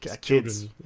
Kids